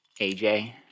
AJ